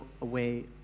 away